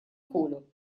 колю